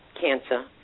cancer